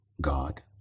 God